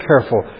careful